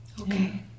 Okay